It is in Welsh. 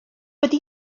wedi